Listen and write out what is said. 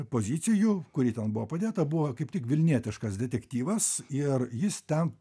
pozicijų kuri ten buvo padėta buvo kaip tik vilnietiškas detektyvas ir jis ten